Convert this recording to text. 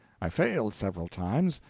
i failed several times,